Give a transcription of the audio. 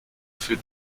für